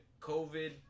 COVID